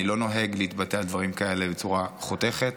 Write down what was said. אני לא נוהג להתבטא על דברים כאלה בצורה חותכת,